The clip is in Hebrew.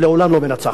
לעולם לא מנצחת,